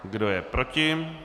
Kdo je proti?